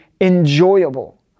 enjoyable